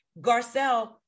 Garcelle